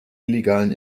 illegalen